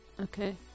Okay